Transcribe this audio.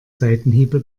seitenhiebe